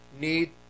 need